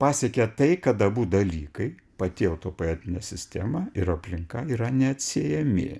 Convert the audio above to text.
pasiekia tai kad abu dalykai pati autopoetine sistema ir aplinka yra neatsiejami